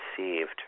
received